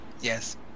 Yes